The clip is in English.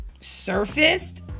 surfaced